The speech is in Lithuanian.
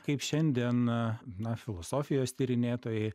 kaip šiandien na filosofijos tyrinėtojai